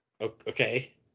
Okay